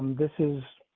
this is